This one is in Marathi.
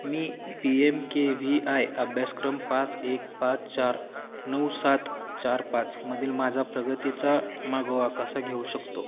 me P M K V I अभ्यासक्रम पाच एक पाच चार नऊ सात चार पाचमधील माझा प्रगतीचा मागोवा कसा घेऊ शकतो